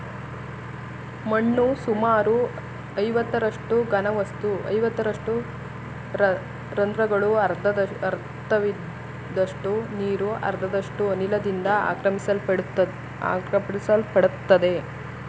ಮಣ್ಣು ಸುಮಾರು ಐವತ್ತರಷ್ಟು ಘನವಸ್ತು ಐವತ್ತರಷ್ಟು ರಂದ್ರಗಳು ಅರ್ಧದಷ್ಟು ನೀರು ಅರ್ಧದಷ್ಟು ಅನಿಲದಿಂದ ಆಕ್ರಮಿಸಲ್ಪಡ್ತದೆ